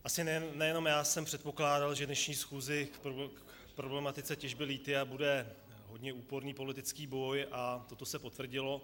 Asi nejenom já jsem předpokládal, že dnešní schůze k problematice těžby lithia bude hodně úporný politický boj, a toto se potvrdilo.